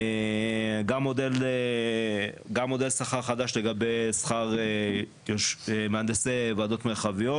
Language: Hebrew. גם מודל שכר חדש לגבי שכר מהנדסי וועדות מרחביות,